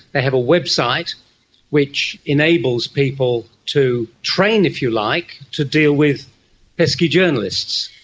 they have a website which enables people to train, if you like, to deal with pesky journalists.